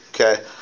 Okay